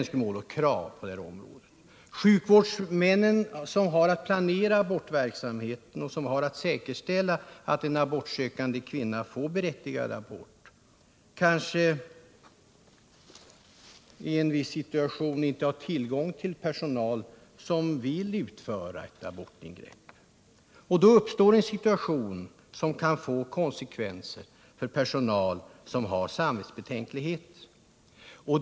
Sjukvårdshuvudmännen, som har att planera abortverksamheten och se till att en abortsökande kvinna får berättigad abort, kanske i en viss situation inte har tillgång till personal som vill utföra ett abortingrepp, och då uppstår en situation som kan få konsekvenser för den personal som har samvetsbetänkligheter.